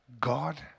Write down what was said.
God